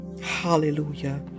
Hallelujah